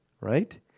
right